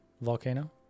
volcano